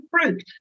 fruit